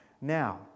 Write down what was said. now